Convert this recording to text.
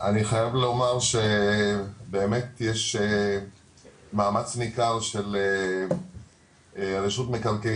אני חייב לומר שבאמת יש מאמץ ניכר של רשות מקרקעי